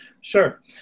Sure